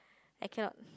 I cannot